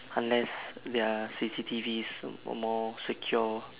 unless there are C_C_T_Vs or more secure